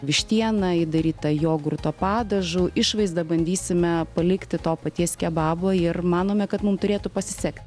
vištiena įdaryta jogurto padažu išvaizda bandysime palikti to paties kebabo ir manome kad mum turėtų pasisekt